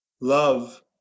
Love